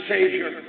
Savior